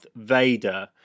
Vader